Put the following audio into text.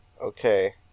Okay